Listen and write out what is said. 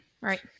Right